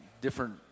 different